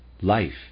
life